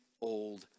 old